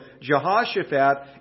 Jehoshaphat